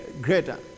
greater